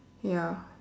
ya